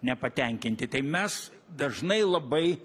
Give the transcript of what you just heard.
nepatenkinti tai mes dažnai labai